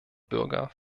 bürger